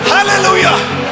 Hallelujah